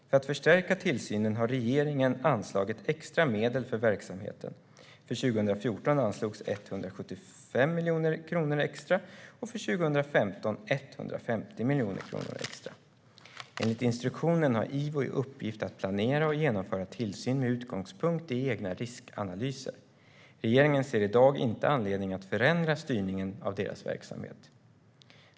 För att förstärka tillsynen har regeringen anslagit extra medel för verksamheten. För 2014 anslogs 175 miljoner kronor extra, och för 2015 anslogs 150 miljoner kronor extra. Enligt instruktionen har IVO i uppgift att planera och genomföra tillsyn med utgångspunkt i egna riskanalyser. Regeringen ser i dag ingen anledning att förändra styrningen av deras verksamhet.